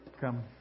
Come